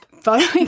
Following